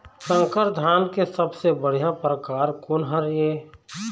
संकर धान के सबले बढ़िया परकार कोन हर ये?